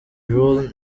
rule